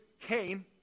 Cain